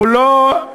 הוא לא,